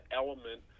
element